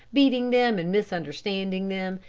beating them and misunderstanding them,